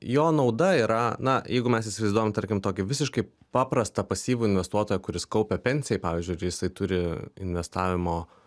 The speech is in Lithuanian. jo nauda yra na jeigu mes įsivaizduojam tarkim tokį visiškai paprastą pasyvių investuotoją kuris kaupia pensijai pavyzdžiui ir jisai turi investavimo